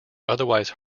otherwise